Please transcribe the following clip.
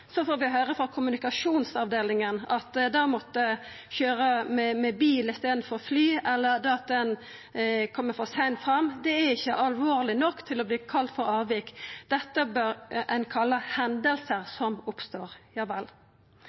får vi høyra frå kommunikasjonsavdelinga at det å måtta køyra med bil i staden for fly, eller det at ein kjem for seint fram, ikkje er alvorleg nok til å verta kalla avvik. Dette bør ein kalla «hendelser som oppstår».